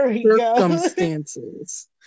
circumstances